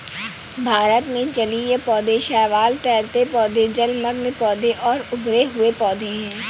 भारत में जलीय पौधे शैवाल, तैरते पौधे, जलमग्न पौधे और उभरे हुए पौधे हैं